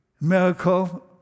miracle